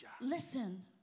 listen